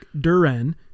Duran